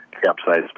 capsized